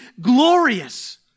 glorious